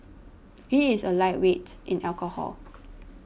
he is a lightweight in alcohol